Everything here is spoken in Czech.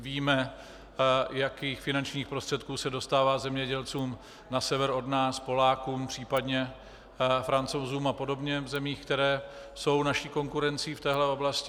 Víme, jakých finančních prostředků se dostává zemědělcům na sever od nás, Polákům, případně Francouzům a podobně v zemích, které jsou naší konkurencí v téhle oblasti.